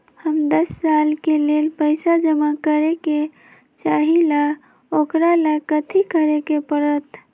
हम दस साल के लेल पैसा जमा करे के चाहईले, ओकरा ला कथि करे के परत?